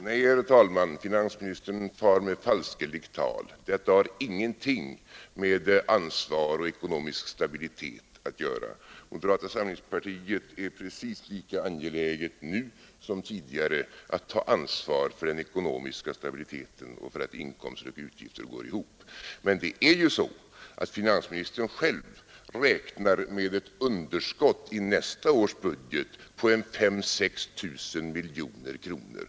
Nej, herr talman, finansministern far med falskeligt tal. Detta har ingenting med ansvar och ekonomisk stabilitet att göra. Moderata samlingspartiet är precis lika angeläget nu som tidigare att ta ansvar för den ekonomiska stabiliteten och för att inkomster och utgifter går ihop. Men finansministern själv räknar med ett underskott i nästa års budget på 5 000—-6 000 miljoner kronor.